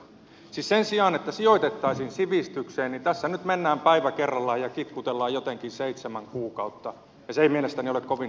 siis sen sijaan että sijoitettaisiin sivistykseen tässä nyt mennään päivä kerrallaan ja kitkutellaan jotenkin seitsemän kuukautta ja se ei mielestäni ole kovin hyvä tie